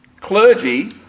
Clergy